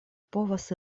povas